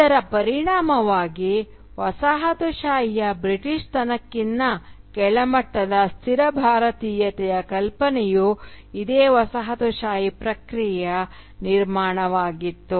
ಇದರ ಪರಿಣಾಮವಾಗಿ ವಸಾಹತುಶಾಹಿಯ ಬ್ರಿಟಿಷ್ತನಕ್ಕಿಂತ ಕೆಳಮಟ್ಟದ ಸ್ಥಿರ ಭಾರತೀಯತೆಯ ಕಲ್ಪನೆಯು ಇದೇ ವಸಾಹತುಶಾಹಿ ಪ್ರಕ್ರಿಯೆಯ ನಿರ್ಮಾಣವಾಗಿತ್ತು